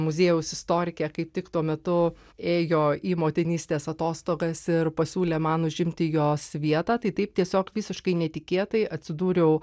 muziejaus istorikė kaip tik tuo metu ėjo į motinystės atostogas ir pasiūlė man užimti jos vietą tai taip tiesiog visiškai netikėtai atsidūriau